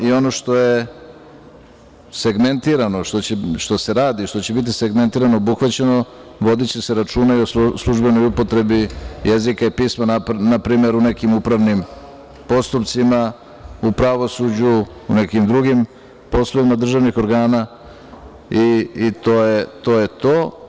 I ono što je segmentirano, što se radi, što će biti segmentirano, obuhvaćeno, vodiće se računa i o službenoj upotrebi jezika i pisma npr. u nekim upravnim postupcima, u pravosuđu, u nekim drugim poslovima državnih organa i to je to.